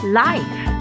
life